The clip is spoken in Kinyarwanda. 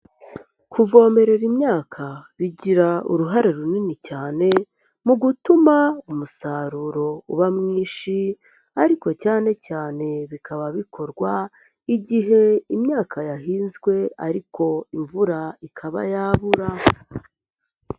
Kuvomerera imyaka bigira uruhare runini cyane mu gutuma umusaruro uba mwinshi ariko cyane cyane bikaba bikorwa igihe imyaka yahinzwe ariko imvura ikaba yabura.